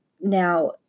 Now